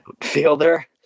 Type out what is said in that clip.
fielder